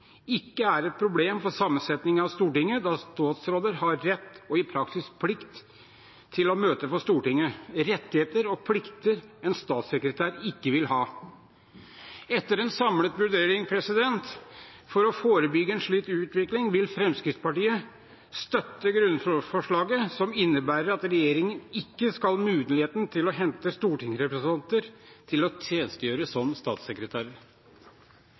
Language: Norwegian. ikke er et problem for sammensetningen av Stortinget, da statsråder har rett til, og i praksis plikt til, å møte for Stortinget – rettigheter og plikter en statssekretær ikke vil ha. Etter en samlet vurdering for å forebygge en slik utvikling vil Fremskrittspartiet støtte grunnlovsforslaget som innebærer at regjeringen ikke skal ha muligheten til å hente stortingsrepresentanter til å tjenestegjøre som